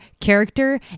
character